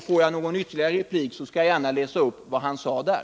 Får jag någon ytterligare replik skall jag gärna läsa upp vad han sade där.